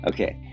Okay